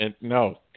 No